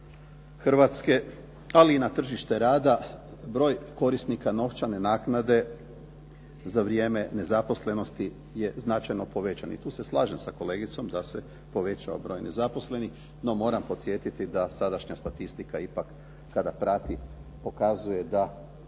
Hrvatske ali i na tržište rada broj korisnika novčane naknade za vrijeme nezaposlenosti je značajno povećan i tu se slažem sa kolegicom da se povećao broj nezaposlenih no moram podsjetiti da sadašnja statistika ipak kada prati pokazuje da